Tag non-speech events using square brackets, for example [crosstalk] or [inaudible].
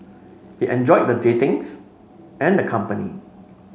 he enjoyed the dating [unintelligible] and the company